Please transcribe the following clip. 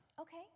okay